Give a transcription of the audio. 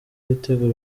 ibitego